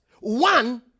one